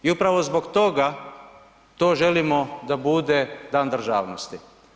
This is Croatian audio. I upravo zbog toga to želimo da bude Dan državnosti.